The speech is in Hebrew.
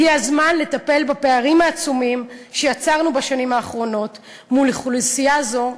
הגיע הזמן לטפל בפערים העצומים שיצרנו בשנים האחרונות מול אוכלוסייה זו,